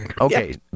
Okay